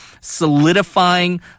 solidifying